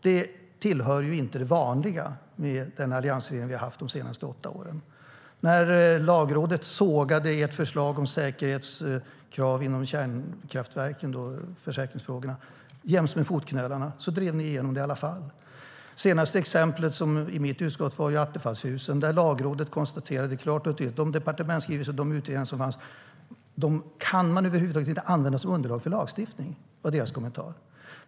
Det tillhörde inte det vanliga med den alliansregering vi hade under de senaste åtta åren. När Lagrådet sågade ert förslag om säkerhetskrav i fråga om kärnkraftverken - det handlade om försäkringsfrågorna - jäms med fotknölarna drev ni igenom det i alla fall. Senaste exemplet i mitt utskott gäller Attefallshusen. Där konstaterade Lagrådet klart och tydligt att man över huvud taget inte kunde använda de departementsskrivelser och de utredningar som fanns som underlag för lagstiftning. Det var deras kommentar.